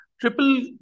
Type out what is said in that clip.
triple